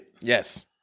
Yes